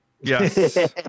Yes